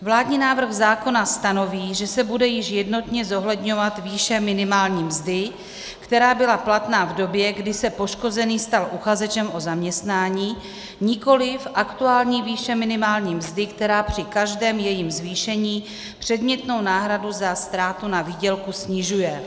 Vládní návrh zákona stanoví, že se bude již jednotně zohledňovat výše minimální mzdy, která byla platná v době, kdy se poškozený stal uchazečem o zaměstnání, nikoliv aktuální výše minimální mzdy, která při každém jejím zvýšení předmětnou náhradu za ztrátu na výdělku snižuje.